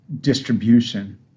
distribution